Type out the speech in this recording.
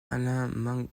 alain